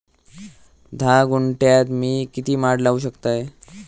धा गुंठयात मी किती माड लावू शकतय?